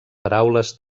paraules